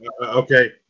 Okay